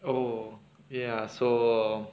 oh ya so